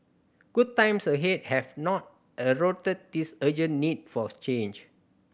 good times ahead have not eroded this urgent need for change